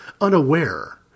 unaware